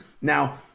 Now